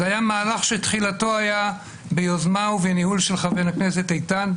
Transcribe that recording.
זה היה מהלך שתחילתו היה ביוזמה ובניהול של חבר הכנסת איתן,